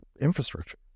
infrastructure